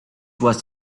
was